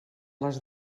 les